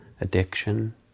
addiction